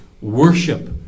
worship